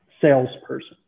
salesperson